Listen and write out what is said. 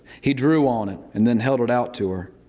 he drew on it and then held it out to her.